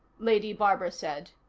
lady barbara said.